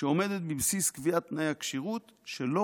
שעומדת בבסיס קביעת תנאי הכשירות היא שלא